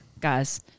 guys